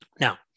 now